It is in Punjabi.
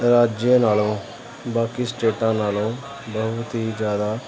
ਰਾਜਾਂ ਨਾਲੋਂ ਬਾਕੀ ਸਟੇਟਾਂ ਨਾਲੋਂ ਬਹੁਤ ਹੀ ਜ਼ਿਆਦਾ